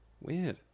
Weird